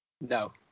No